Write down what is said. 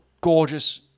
gorgeous